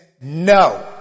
no